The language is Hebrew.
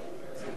נחמן,